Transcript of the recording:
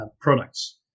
products